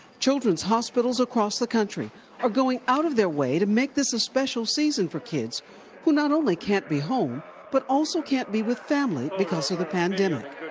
children's hospitals across the country are going out of their way to make this a special season for kids who not only can't be home but also can't be with family because of the pandemic